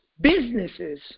businesses